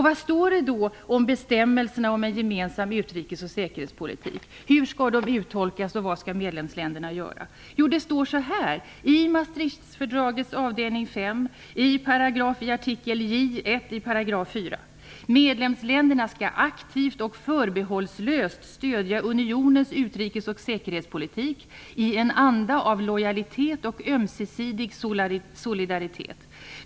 Vad står det då om bestämmelserna om en gemensam utrikes och säkerhetspolitik? Hur skall det uttolkas, och vad skall medlemsländerna göra? Jo, det står så här i Maastrichtfördragets avdelning 5 i artikel J 1 4 §: "Medlemsstaterna skall aktivt och förbehållslöst stödja unionens utrikes och säkerhetspolitik i en anda av lojalitet och ömsesidig solidaritet.